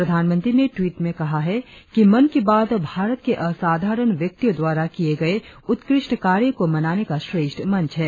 प्रधानमंत्री ने ट्वीट में कहा है कि मन की बात भारत के असाधारण व्यक्तियों द्वारा किए गए उत्कृष्ट कार्य को मनाने का श्रेष्ठ मंच है